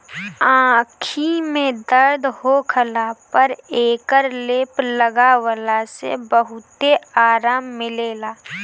आंखी में दर्द होखला पर एकर लेप लगवला से बहुते आराम मिलेला